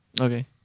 Okay